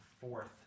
fourth